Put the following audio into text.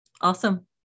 Awesome